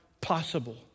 possible